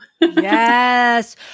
Yes